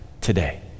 today